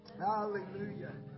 Hallelujah